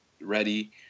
ready